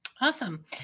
Awesome